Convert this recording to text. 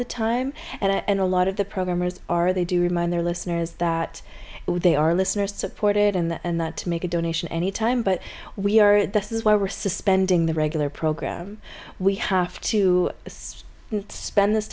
the time and a lot of the programmers are they do remind their listeners that they are listeners supported and that to make a donation any time but we are this is why we're suspending the regular program we have to spend this